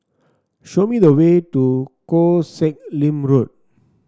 show me the way to Koh Sek Lim Road